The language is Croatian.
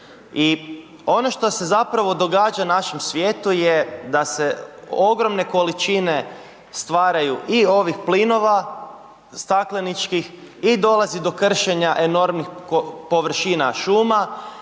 i ono što se zapravo događa našem svijetu je da se ogromne količine stvaraju i ovih plinova stakleničkih i dolazi do kršenja enormnih površina šuma